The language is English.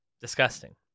Disgusting